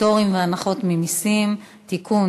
(פטורים והנחות ממסים) (תיקון,